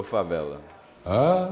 Favela